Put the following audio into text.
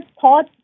thought